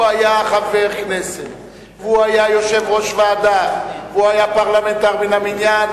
הוא היה חבר כנסת והוא היה יושב-ראש ועדה והוא היה פרלמנטר מן המניין,